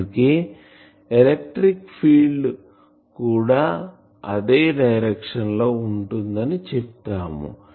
అందుకే electric field కూడా అదే డైరెక్షన్ లో ఉంటుందని చెప్తాము